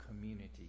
community